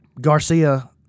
Garcia